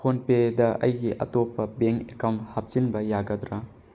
ꯐꯣꯟꯄꯦꯗ ꯑꯩꯒꯤ ꯑꯇꯣꯞꯄ bank account ꯍꯥꯞꯆꯤꯟꯕ ꯌꯥꯒꯗ꯭ꯔꯥ